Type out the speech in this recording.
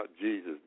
jesus